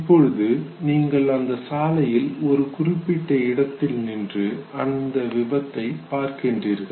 இப்பொழுது நீங்கள் அந்த சாலையில் ஒரு குறிப்பிட்ட இடத்தில் நின்று அந்த விபத்தை பார்க்கின்றீர்கள்